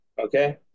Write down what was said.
Okay